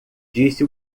disse